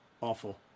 Awful